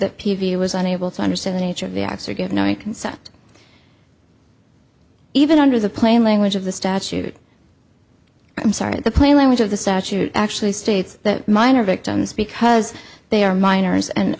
that peavy was unable to understand the nature of the acts or give no set even under the plain language of the statute i'm sorry the plain language of the statute actually states that minor victims because they are minors and